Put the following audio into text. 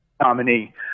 nominee